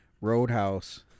Roadhouse